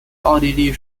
奥地利